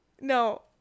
no